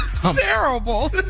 terrible